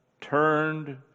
turned